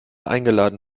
eingeladen